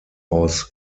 aus